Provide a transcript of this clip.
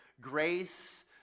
Grace